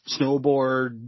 snowboard